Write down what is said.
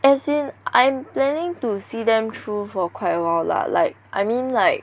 as in I'm planning to see them through for quite awhile lah like I mean like